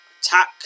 Attack